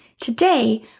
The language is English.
Today